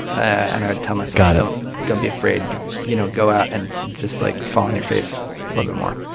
and i would tell myself but don't be afraid to you know go out and just like fall on your face a little bit more.